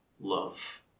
love